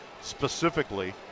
specifically